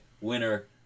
winner